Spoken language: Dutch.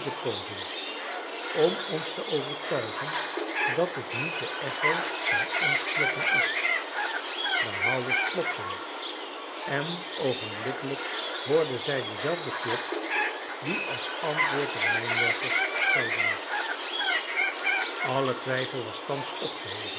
tusschenpoozen om ons te overtuigen dat het niet de echo van ons kloppen is de houwers klopten en oogenblikkelijk hoorden zij denzelfden klop die als antwoord der mijnwerkers gelden moest alle twijfel was thans opgeheven